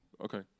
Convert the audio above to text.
Okay